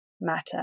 matter